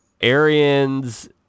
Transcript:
Arians